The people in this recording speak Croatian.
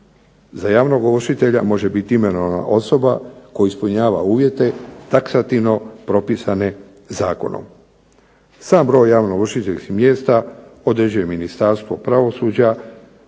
Za javnog ovršitelja može biti imenovana osoba koja ispunjava uvjete taksativno propisane zakonom. Sam broj ovršiteljskih mjesta određuje Ministarstvo pravosuđa